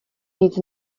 nic